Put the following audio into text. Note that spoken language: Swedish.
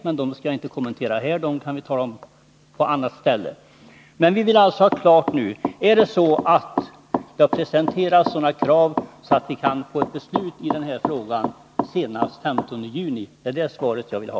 Jag skall emellertid inte kommentera dem här, utan vi får ta upp detta i annat sammanhang. Vi vill alltså ha klart besked: Har det presenterats krav så att vi kan få beslut i den här frågan senast den 15 juni? Det är svar på den frågan jag vill ha!